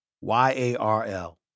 Y-A-R-L